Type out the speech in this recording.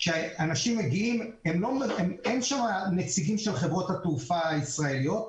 שאין שם נציגים של חברות התעופה הישראליות,